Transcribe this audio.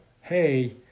hey